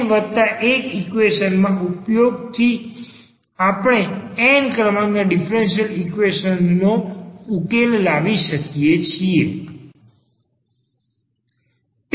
આથી અહીં n1 equation ના ઉપયોગ થી આપણે n ક્રમાંકના ડીફરન્સીયલ ઈક્વેશન નો ઉકેલ લાવી શકીએ છે